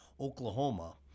Oklahoma